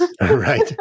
Right